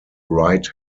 right